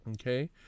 okay